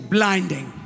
Blinding